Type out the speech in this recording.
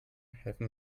helfen